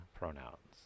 pronouns